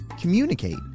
communicate